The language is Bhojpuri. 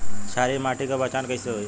क्षारीय माटी के पहचान कैसे होई?